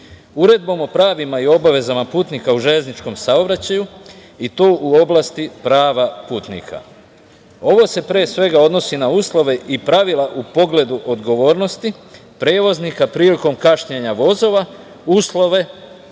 Uredbom o pravima i obavezama putnika u železničkom saobraćaju, i to u oblasti prava putnika. Ovo se pre svega odnosi na uslove i pravila u pogledu odgovornosti prevoznika prilikom kašnjenja vozova, uslove